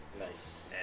Nice